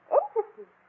interesting